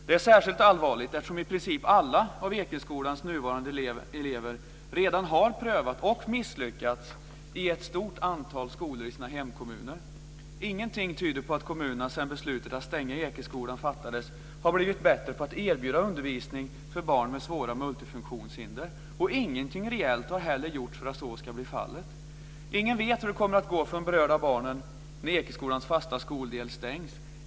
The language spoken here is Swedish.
Det är särskilt allvarligt eftersom i princip alla av Ekeskolans nuvarande elever redan har prövat och misslyckats i ett stort antal skolor i sina hemkommuner. Ingenting tyder på att kommunerna sedan beslutet att stänga Ekeskolan fattades har blivit bättre på att erbjuda undervisning för barn med svåra multifunktionshinder. Ingenting reellt har heller gjorts för att så ska bli fallet. Ingen vet hur det kommer att gå för de berörda barnen när Ekeskolans fasta skoldel stängs.